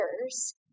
others